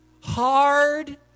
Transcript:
hard